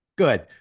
Good